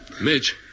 Midge